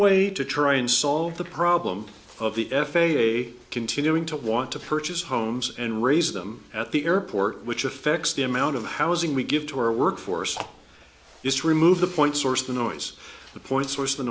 way to try and solve the problem of the f a a continuing to want to purchase homes and raise them at the airport which affects the amount of housing we give to our workforce this remove the point source the noise the point source th